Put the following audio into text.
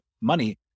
money